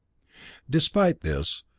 despite this,